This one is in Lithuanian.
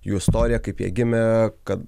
jų istoriją kaip jie gimė kad